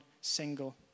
single